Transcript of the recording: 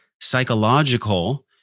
psychological